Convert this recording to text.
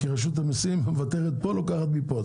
כי רשות המיסים מוותרת פה ולוקחת מפה,